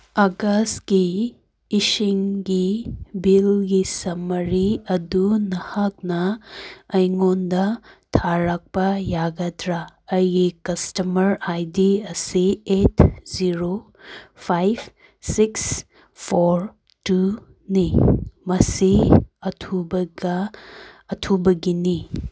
ꯑꯥꯒꯁꯀꯤ ꯏꯁꯤꯡꯒꯤ ꯕꯤꯜꯒꯤ ꯁꯃꯔꯤ ꯑꯗꯨ ꯅꯍꯥꯛꯅ ꯑꯩꯉꯣꯟꯗ ꯊꯥꯔꯛꯄ ꯌꯥꯒꯗ꯭ꯔꯥ ꯑꯩꯒꯤ ꯀꯁꯇꯃꯔ ꯑꯥꯏ ꯗꯤ ꯑꯁꯤ eight zero five six four ꯇꯨꯅꯤ ꯃꯁꯤ ꯑꯊꯨꯕꯒꯤꯅꯤ